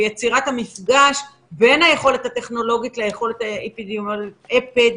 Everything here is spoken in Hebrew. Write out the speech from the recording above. ויצירת המפגש בין היכולת הטכנולוגית ליכולת האפידמיולוגית.